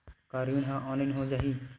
का ऋण ह ऑनलाइन हो जाही?